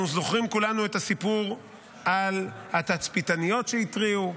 אנחנו זוכרים כולנו את הסיפור על התצפיתניות שהתריעו,